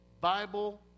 Bible